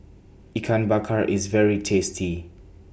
Ikan Bakar IS very tasty